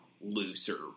looser